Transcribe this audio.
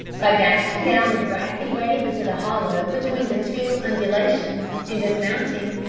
by dashing down the grassy wave into the hollow between the two undulations, and dismounting,